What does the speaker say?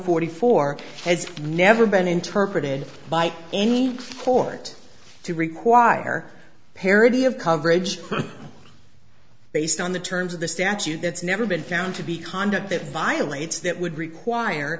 forty four has never been interpreted by any court to require parity of coverage based on the terms of the statute that's never been found to be conduct that violates that would require